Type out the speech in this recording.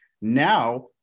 now